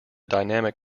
dynamic